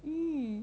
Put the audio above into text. hmm